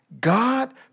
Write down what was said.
God